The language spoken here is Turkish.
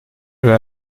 gelir